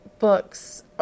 Books